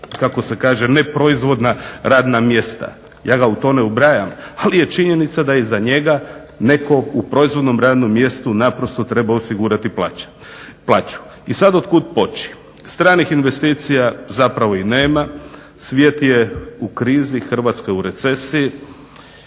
kako se kaže neproizvodna radna mjesta. Ja ga u to ne ubrajam ali je činjenica da iza njega netko u proizvodnom radnom mjestu naprosto treba osigurati plaću. I sada od kuda poći? Stranih investicija zapravo i nema, svijet je u krizi, Hrvatska u recesiji